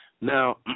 Now